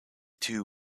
too